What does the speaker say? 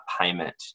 payment